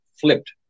flipped